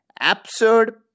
absurd